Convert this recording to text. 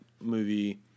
movie